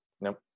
Nope